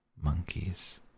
monkeys